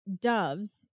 doves